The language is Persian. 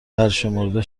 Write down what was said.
برشمرده